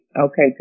Okay